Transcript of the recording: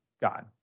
god